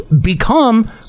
become